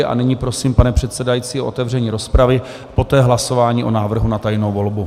A nyní prosím, pane předsedající, o otevření rozpravy, poté hlasování o návrhu na tajnou volbu.